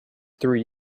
three